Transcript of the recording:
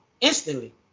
instantly